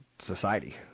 society